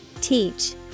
Teach